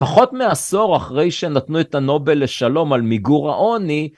פחות מעשור אחרי שנתנו את הנובל לשלום על מיגור העוני.